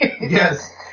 Yes